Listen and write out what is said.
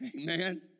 Amen